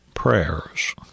Prayers